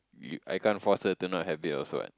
you I can't force her to not have it also what